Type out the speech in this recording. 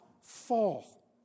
fall